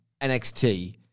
NXT